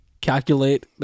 calculate